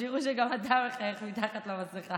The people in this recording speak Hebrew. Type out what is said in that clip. שיראו שגם אתה מחייך מתחת למסכה.